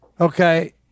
okay